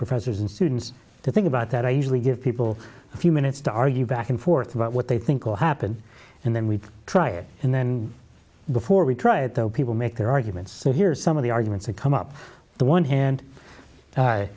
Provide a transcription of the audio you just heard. professors and students to think about that i usually give people a few minutes to argue back and forth about what they think will happen and then we try it and then before we try it though people make their arguments so here are some of the arguments that come up the one hand thi